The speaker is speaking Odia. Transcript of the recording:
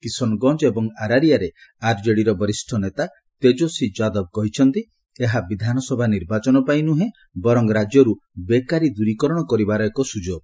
କିଶନଗଞ୍ଜ ଏବଂ ଆରାରିଆରେ ଆର୍କେଡିର ବରିଷ୍ଣ ନେତା ତେଜସ୍ୱୀ ଯାଦବ କହିଛନ୍ତି ଏହା ବିଧାନସଭା ନିର୍ବାଚନ ପାଇଁ ନୁହେଁ ବରଂ ରାଜ୍ୟରୁ ବେକାରୀ ଦ୍ରୀକରଣ କରିବାର ଏକ ସ୍ୱଯୋଗ